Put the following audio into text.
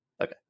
Okay